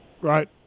Right